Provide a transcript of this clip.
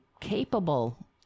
capable